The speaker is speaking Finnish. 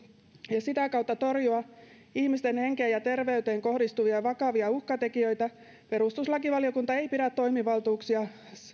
ja sitä kautta torjua ihmisten henkeen ja terveyteen kohdistuvia vakavia uhkatekijöitä perustuslakivaliokunta ei pidä toimivaltuuksia